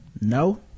No